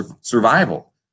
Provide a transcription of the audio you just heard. survival